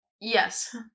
Yes